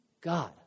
God